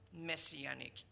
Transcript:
messianic